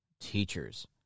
teachers